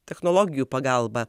technologijų pagalba